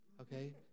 Okay